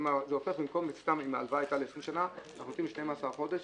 אם ההלוואה היתה ל-20 שנה נותנים 12 חודש.